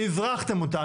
אזרחתם אותם.